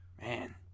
man